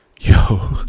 yo